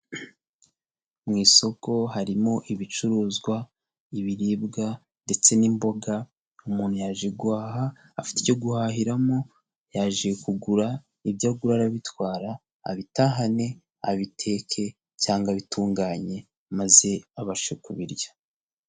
Mu isoko harimo ibicuruzwa ibiribwa ndetse n'imboga umuntu yaje guhaha afite icyo guhahiramo yaje kugura ibyo agura arabitwara abitahane abiteke cyangwa abitunganye maze abashe kubirya.